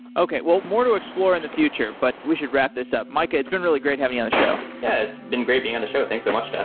okay, well more to explore in the future, but we should wrap this up. mica, it's been really great having you on the show yeah, it's been great being on the show. thanks so much,